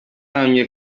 ahamya